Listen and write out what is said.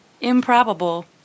improbable